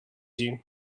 you